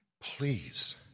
please